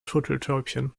turteltäubchen